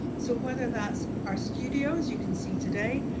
so, whether that's our studios, you can see today,